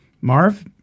Marv